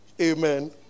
Amen